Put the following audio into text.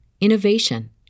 innovation